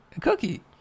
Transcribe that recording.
Cookie